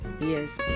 Yes